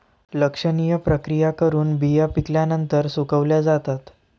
लक्षणीय प्रक्रिया करून बिया पिकल्यानंतर सुकवल्या जातात